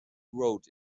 wrote